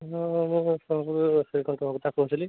ମୁଁ ମୋ ମୋ ମୁଁ ସାଙ୍ଗରେ କହୁଥିଲି